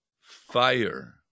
fire